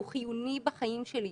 הוא חיוני בחיים שלי,